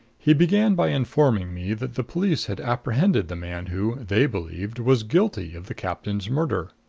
he began by informing me that the police had apprehended the man who, they believed, was guilty of the captain's murder.